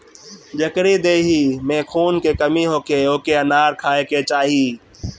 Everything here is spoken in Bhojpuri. जेकरी देहि में खून के कमी होखे ओके अनार खाए के चाही